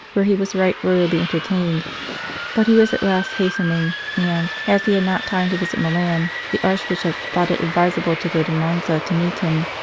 where he was right royally entertained but he was at last hastening, and, as he had not time to visit milan, the archbishop thought it advisable to go to monza to meet him.